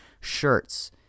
Shirts